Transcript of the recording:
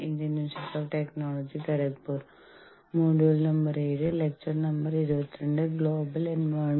international human resource മാനേജ്മെന്റ്നെ കുറിച്ച് ഇന്ന് നമ്മൾ സംസാരിക്കാൻ പോകുന്നു